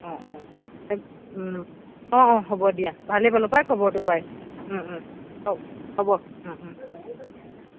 অঁ অঁ হ'ব অঁ হ'ব দিয়া ভালেই ৰালো পায় খবৰটো পাই হ'ব